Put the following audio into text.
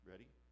ready